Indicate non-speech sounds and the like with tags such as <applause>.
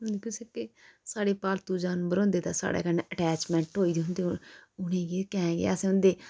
<unintelligible> साढ़ै पालतू जानवर होंदे ते साढ़ै कन्नै अटैचमेंट होई दी होंदी उनेंगी कैंह् कि असें उन्दे